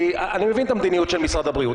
אני מבין את המדיניות של משרד הבריאות,